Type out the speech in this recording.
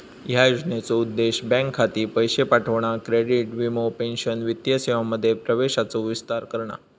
ह्या योजनेचो उद्देश बँक खाती, पैशे पाठवणा, क्रेडिट, वीमो, पेंशन वित्तीय सेवांमध्ये प्रवेशाचो विस्तार करणा